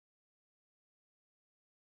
but don't be ah gua ah bro ah